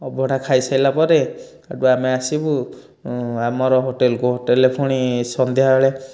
ଅଭଡ଼ା ଖାଇସାରିଲା ପରେ ସେଇଠୁ ଆମେ ଆସିବୁ ଆମର ହୋଟେଲକୁ ହୋଟେଲରେ ପୁଣି ସନ୍ଧ୍ୟାବେଳେ